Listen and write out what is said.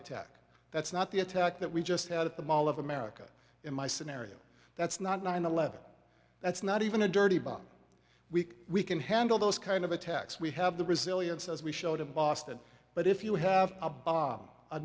attack that's not the attack that we just had at the mall of america in my scenario that's not nine eleven that's not even a dirty bomb weak we can handle those kind of attacks we have the resilience as we showed in boston but if you have a bomb a